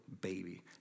baby